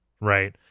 right